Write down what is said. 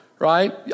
Right